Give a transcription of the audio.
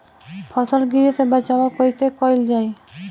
फसल गिरे से बचावा कैईसे कईल जाई?